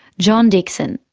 john dixon,